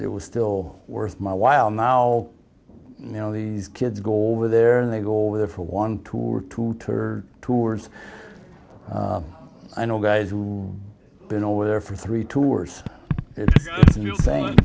it was still worth my while now you know these kids go over there and they go over there for one two or two tour tours i know guys who's been over there for three tours and